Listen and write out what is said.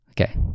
okay